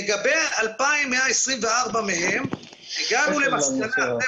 לגבי 2,124 מהם הגענו למסקנה אחרי